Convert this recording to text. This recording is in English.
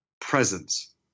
presence